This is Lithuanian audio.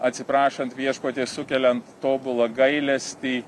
atsiprašant viešpatį sukeliant tobulą gailestį